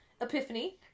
Epiphany